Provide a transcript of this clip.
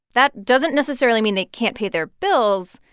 that doesn't necessarily mean they can't pay their bills,